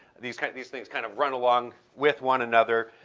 these kind of these things kind of run along with one another.